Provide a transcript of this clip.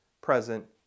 present